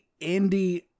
indie